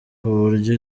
kuburyo